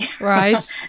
Right